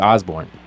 Osborne